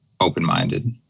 Open-minded